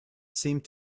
seemed